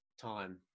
time